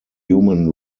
human